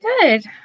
good